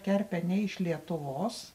kerpė ne iš lietuvos